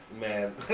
man